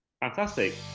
Fantastic